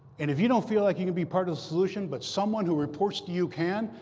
and if you don't feel like you can be part of the solution but someone who reports to you can,